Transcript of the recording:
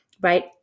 right